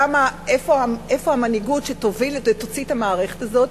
איפה המנהיגות שתוציא את המערכת הזאת?